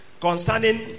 concerning